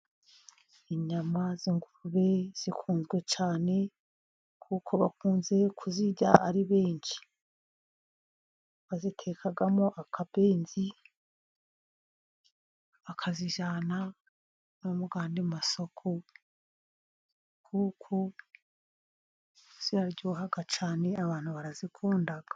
Inyama z'ingurube zikunzwe cyane kuko bakunze kuzirya ari benshi, bazitekamo akabenzi bakazijyana no mu y'andi masoko kuko ziraryoha cyane, abantu barazikunda.